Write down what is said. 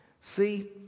See